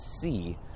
see